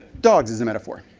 dogs is a metaphor,